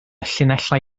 llinellau